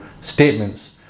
statements